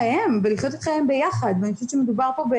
אם מרכז החיים בישראל והוא היה לפחות 180